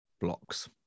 blocks